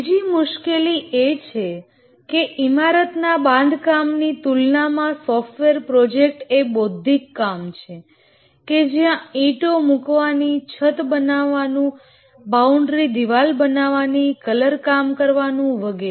ત્રીજી મુશ્કેલી એ છે કે ઇમારતના બાંધકામ ની તુલનામાં સોફ્ટવેર પ્રોજેક્ટ એ બૌધ્ધિક કામ છે કે જ્યાં ઈંટો મૂકવાની છત બનાવવાનું બાઉન્ડ્રી દીવાલ બનાવવાની કલર કામ કરવાનું વગેરે